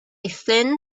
thin